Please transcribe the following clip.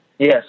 Yes